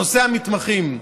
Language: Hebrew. נושא המתמחים.